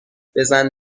بزن